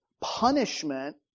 punishment